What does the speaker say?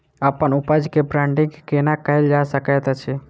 अप्पन उपज केँ ब्रांडिंग केना कैल जा सकैत अछि?